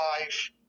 life